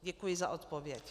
Děkuji za odpověď.